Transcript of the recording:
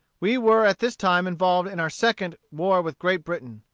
we were at this time involved in our second war with great britain.